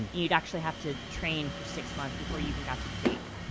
you'd actually have to train for six months before you even got to bake.